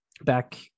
Back